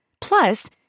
Plus